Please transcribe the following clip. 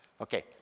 Okay